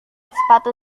sepatu